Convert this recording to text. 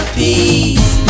peace